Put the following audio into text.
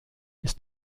ist